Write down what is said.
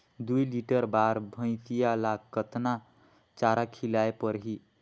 दुई लीटर बार भइंसिया ला कतना चारा खिलाय परही?